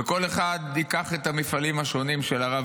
וכל אחד ייקח את המפעלים השונים של הרב,